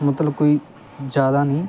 ਮਤਲਬ ਕੋਈ ਜ਼ਿਆਦਾ ਨਹੀਂ